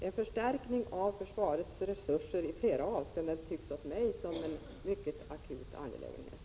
En förstärkning av försvarets resurser i flera avseenden tycks för mig vara en mycket akut angelägenhet.